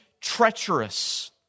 treacherous